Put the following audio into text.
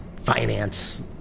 finance